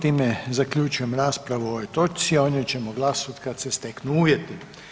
Time zaključujem raspravu o ovoj točci, a o njoj ćemo glasovat kad se steknu uvjeti.